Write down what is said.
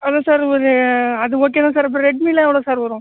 அதான் சார் ஒரு அது ஓகே தான் சார் இப்போ ரெட்மீலாம் எவ்வளோ சார் வரும்